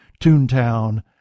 Toontown